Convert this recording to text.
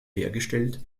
hergestellt